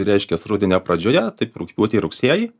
reiškias rudenio pradžioje taip rugpjūtį rugsėjį